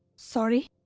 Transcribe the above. sorry?